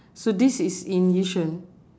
so this is in yishun